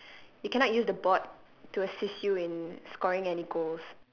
you cannot use the board to assist you in scoring any goals